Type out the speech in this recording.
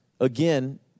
Again